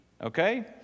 okay